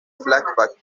flashback